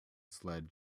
sled